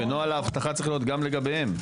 ונוהל האבטחה צריך להיות גם לגביהם,